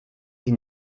sie